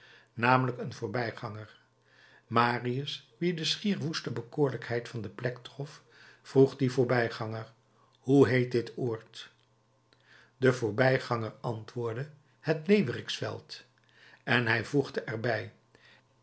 namelijk een voorbijganger marius wien de schier woeste bekoorlijkheid van deze plek trof vroeg dien voorbijganger hoe heet dit oord de voorbijganger antwoordde het leeuweriksveld en hij voegde er